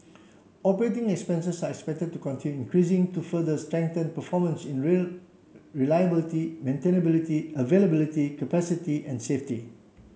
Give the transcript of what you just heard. operating expenses are expected to continue increasing to further strengthen performance in rail reliability maintainability availability capacity and safety